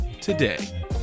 today